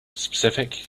specific